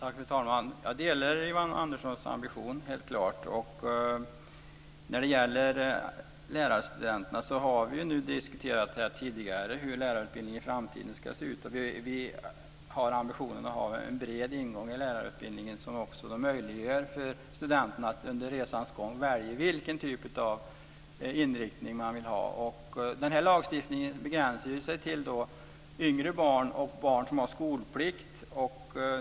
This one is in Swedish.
Fru talman! Jag delar helt klart Yvonne Anderssons ambition. När det gäller lärarstudenterna har vi ju tidigare diskuterat hur lärarutbildningen i framtiden ska se ut. Vi har ambitionen att ha en bred ingång i lärarutbildningen som också möjliggör för studenterna att under resans gång välja vilken typ av inriktning man vill ha. Den här lagstiftningen begränsar sig till yngre barn och barn som har skolplikt.